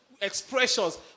expressions